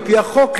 על-פי החוק,